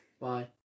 Bye